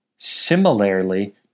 Similarly